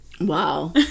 Wow